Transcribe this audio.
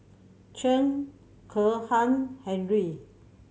Chen Kezhan Henri